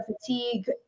fatigue